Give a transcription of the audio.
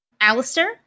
Alistair